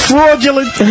Fraudulent